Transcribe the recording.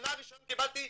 שנה רישיון קיבלתי מהכנסת,